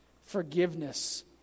forgiveness